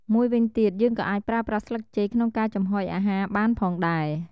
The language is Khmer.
មួយវិញទៀត យើងក៏អាចប្រើប្រាស់ស្លឹកចេកក្នុងការចំហុយអាហារបានផងដែរ។